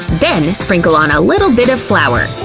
then sprinkle on a little bit of flour.